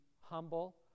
humble